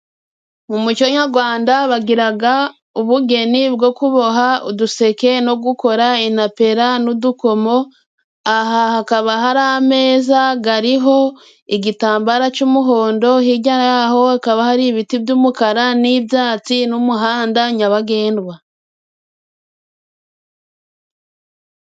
Mu muco nyagwanda bagiraga ubugeni bwo kuboha uduseke no gukora inapera n'udukomo, aha hakaba hari ameza gariho igitambara c'umuhondo hirya y'aho hakaba hari ibiti by'umukara n'ibyatsi n'umuhanda nyabagendwa.